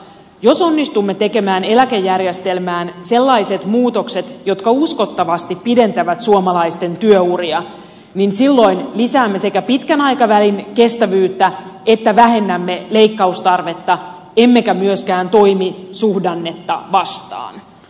jos onnistumme tekemään eläkejärjestelmään sellaiset muutokset jotka uskottavasti pidentävät suomalaisten työuria niin silloin sekä lisäämme pitkän aikavälin kestävyyttä että vähennämme leikkaustarvetta emmekä myöskään toimi suhdannetta vastaan